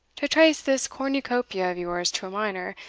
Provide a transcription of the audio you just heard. to trace this cornucopia of yours to a miner,